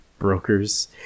brokers